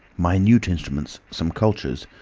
minute instruments, some cultures,